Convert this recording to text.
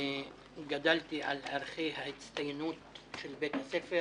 גדלתי על ערכי ההצטיינות של בית הספר